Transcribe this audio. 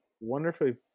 Wonderfully